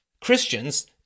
Christians